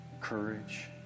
courage